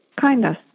kindness